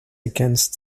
against